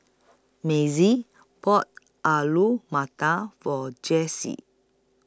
Mazie bought Alu Matar For Jessie